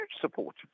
support